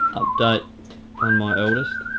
update on my eldest?